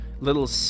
little